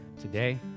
today